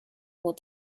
will